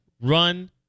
run